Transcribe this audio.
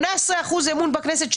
18 אחוזים אמון בכנסת,